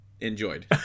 enjoyed